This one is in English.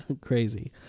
Crazy